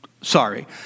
Sorry